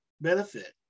benefit